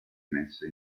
messe